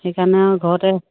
সেইকাৰণে আৰু ঘৰতে